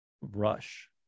rush